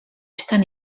estan